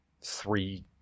three